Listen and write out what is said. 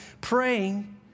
praying